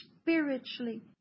spiritually